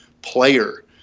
player